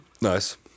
Nice